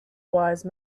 wise